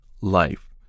life